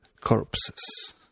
corpses